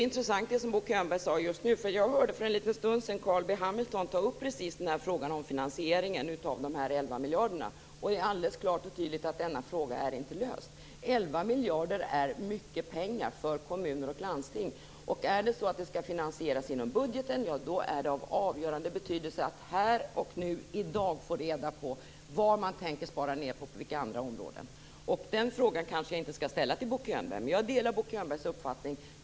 Herr talman! Det Bo Könberg sade nu var intressant. Jag hörde för en liten stund sedan Carl B Hamilton ta upp precis frågan om finansieringen av de här 11 miljarderna. Det är alldeles klart och tydligt att denna fråga inte är löst. 11 miljarder är mycket pengar för kommuner och landsting. Skall det finansieras inom budgeten så är det av avgörande betydelse att här och nu i dag få reda på var man tänker spara in och på vilka områden. Den frågan kanske jag inte skall ställa till Bo Könberg. Men jag delar Bo Könbergs uppfattning.